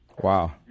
Wow